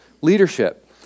leadership